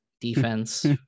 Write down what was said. defense